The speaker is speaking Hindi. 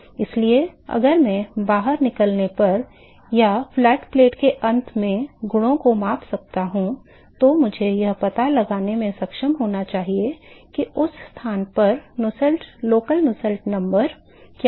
इसलिए अगर मैं बाहर निकलने पर या फ्लैट प्लेट के अंत में गुणों को माप सकता हूं तो मुझे यह पता लगाने में सक्षम होना चाहिए कि उस स्थान पर स्थानीय नुसेल्ट नंबर क्या है